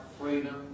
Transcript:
freedom